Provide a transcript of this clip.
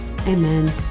Amen